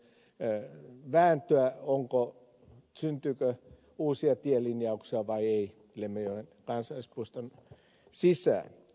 siitä on käyty myös vääntöä syntyykö uusia tielinjauksia vai ei lemmenjoen kansallispuiston sisään